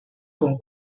con